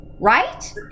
Right